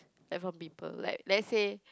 learn from people like let's say